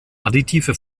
additive